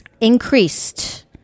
increased